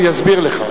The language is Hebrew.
הוא יסביר לך.